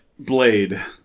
Blade